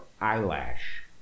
eyelash